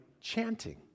chanting